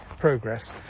progress